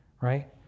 right